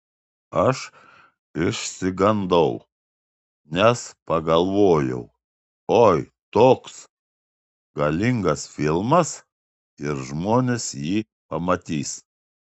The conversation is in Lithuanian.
aš išsigandau nes pagalvojau oi toks galingas filmas ir žmonės jį pamatys